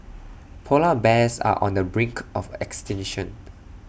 Polar Bears are on the brink of extinction